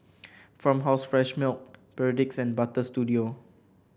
Farmhouse Fresh Milk Perdix and Butter Studio